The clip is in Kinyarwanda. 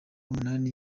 umunani